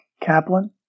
Kaplan